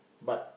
but